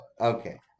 Okay